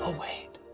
ah wait.